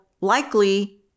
likely